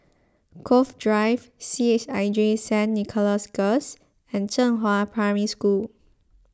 Cove Drive C H I J Saint Nicholas Girls and Zhenghua Primary School